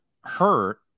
hurt